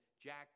Jack